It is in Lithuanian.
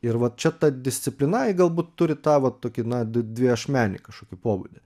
ir vat čia ta disciplina ji galbūt turi tą va tokį na dvi ašmenį kažkokį pobūdį